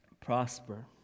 prosper